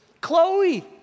Chloe